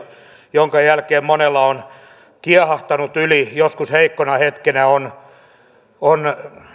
jonka jälkeen monella on kiehahtanut yli joskus heikkona hetkenä on